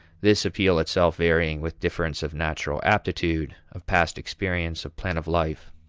this appeal itself varying with difference of natural aptitude, of past experience, of plan of life,